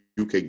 UK